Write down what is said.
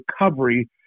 recovery